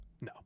No